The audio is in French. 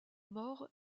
mort